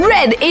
Red